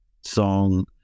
song